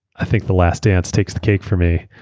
i think the last dance takes the cake for me.